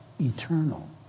eternal